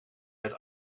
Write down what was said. het